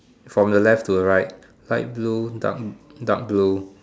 from the left to the right light blue dark dark blue